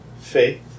faith